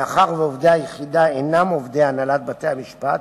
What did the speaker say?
מאחר שעובדי היחידה אינם עובדי הנהלת בתי-המשפט,